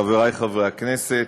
חברי חברי הכנסת,